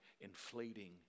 inflating